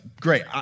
great